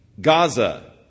Gaza